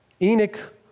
Enoch